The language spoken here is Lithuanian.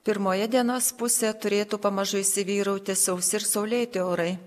pirmoje dienos pusėje turėtų pamažu įsivyrauti sausi ir saulėti orai